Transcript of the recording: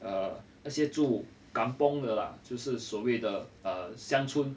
uh 那些住 kampung 的啦就是所谓的乡村